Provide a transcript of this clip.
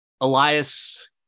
Elias